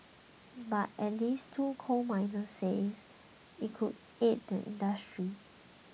but at least two coal miners say it could aid their industry